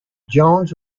jones